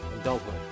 adulthood